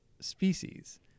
species